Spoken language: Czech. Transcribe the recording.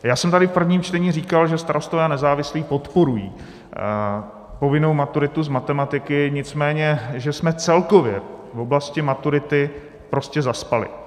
Já jsem tady v prvním čtení říkal, že Starostové a nezávislí podporují povinnou maturitu z matematiky, nicméně že jsme celkově v oblasti maturity prostě zaspali.